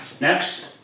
Next